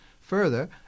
Further